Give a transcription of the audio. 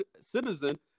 citizen